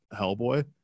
Hellboy